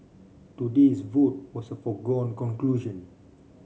today's vote was a foregone conclusion